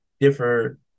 differ